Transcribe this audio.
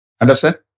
Understand